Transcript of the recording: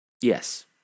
Yes